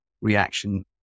reaction